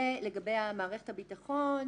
לגבי מערכת הביטחון